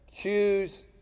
choose